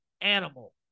animal